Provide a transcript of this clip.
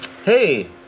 Hey